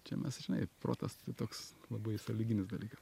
čia mes žinai protas toks labai sąlyginis dalykas